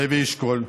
לוי אשכול,